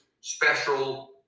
special